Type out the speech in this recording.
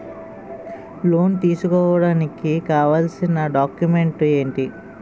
Loan తీసుకోడానికి కావాల్సిన documents ఎంటి?